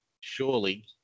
surely